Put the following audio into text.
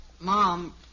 Mom